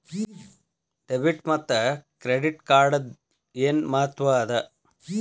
Debit ಮತ್ತ credit ಕಾರ್ಡದ್ ಏನ್ ಮಹತ್ವ ಅದ?